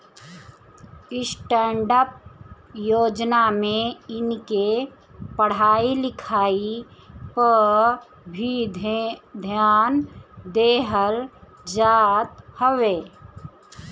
stand up योजना में इनके पढ़ाई लिखाई पअ भी ध्यान देहल जात हवे